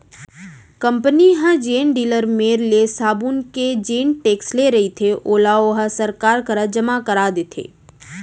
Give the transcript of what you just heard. company ह जेन dealer मेर ले साबून के जेन टेक्स ले रहिथे ओला ओहा सरकार करा जमा करा देथे